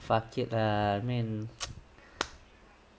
fuck it ah man